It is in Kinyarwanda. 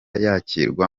yakirwa